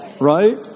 right